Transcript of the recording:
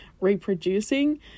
reproducing